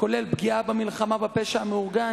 וכוללות פגיעה במלחמה בפשע המאורגן,